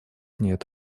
нет